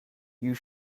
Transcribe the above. you